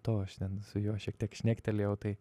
to aš ten su juo šiek tiek šnektelėjau tai